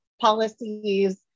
policies